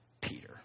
Peter